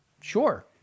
Sure